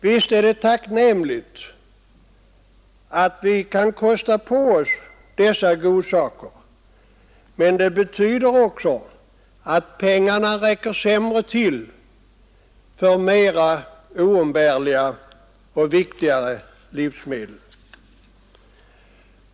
Visst är det tacknämligt att vi kan kosta på oss dessa godsaker, men det betyder också att pengarna räcker sämre till för viktigare och mera oumbärliga livsmedel.